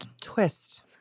twist